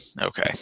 Okay